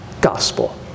gospel